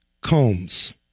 Combs